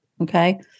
okay